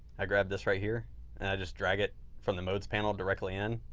i grab this right here and i just drag it from the modes panel directly in